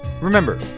remember